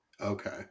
okay